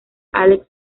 alex